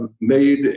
made